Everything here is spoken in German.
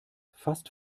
fast